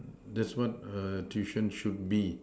that's what a tuition should be